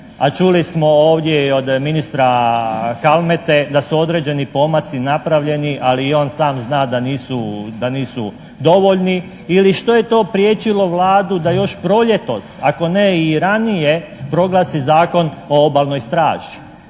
čuli smo ovdje i od ministra Kalmete da su određeni pomaci napravljeni, ali i on sam zna da nisu dovoljni ili što je to priječilo Vladu da još proljetos, ako ne i ranije proglasi Zakon o obalnoj straži?